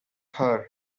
her